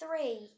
three